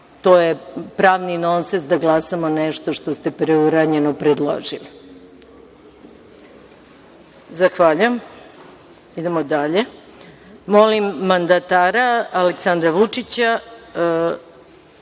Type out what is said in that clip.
to je pravni nonsens da glasamo nešto što ste preuranjeno predložili. Zahvaljujem. Molim mandatara Aleksandra Vučića,